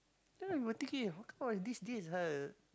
ya how come ah these days ah